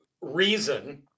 reason